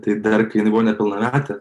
tai dar kai jinai buvo nepilnametė